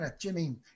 Jimmy